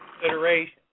consideration